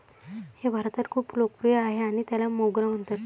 हे भारतात खूप लोकप्रिय आहे आणि त्याला मोगरा म्हणतात